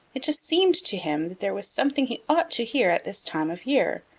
it just seemed to him that there was something he ought to hear at this time of year,